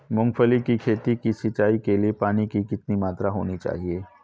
मूंगफली की खेती की सिंचाई के लिए पानी की कितनी मात्रा होनी चाहिए?